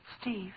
Steve